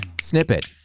Snippet